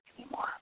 anymore